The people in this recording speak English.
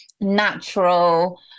natural